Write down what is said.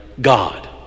God